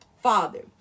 father